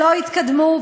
שלא יתקדמו.